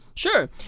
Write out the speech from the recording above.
Sure